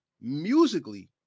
musically